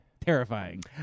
terrifying